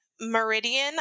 Meridian